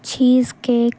cheese cake